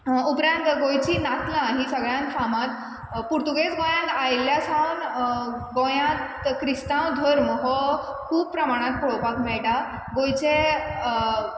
उपरांत गोंयची नातलां हीं सगल्यान फामाद पुर्तुगेज गोंया आयिल्ल्या सावन गोंयांत क्रिस्तांव धर्म हो खूब प्रमाणांत पळोपाक मेयटा गोंयचे